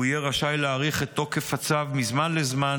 הוא יהיה רשאי להאריך את תוקף הצו מזמן לזמן